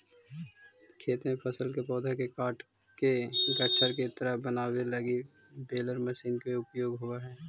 खेत में फसल के पौधा के काटके गट्ठर के तरह बनावे लगी बेलर मशीन के उपयोग होवऽ हई